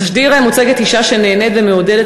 בתשדיר מוצגת אישה שנהנית ומעודדת